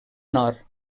nord